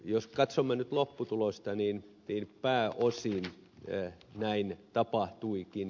jos katsomme nyt lopputulosta niin pääosin näin tapahtuikin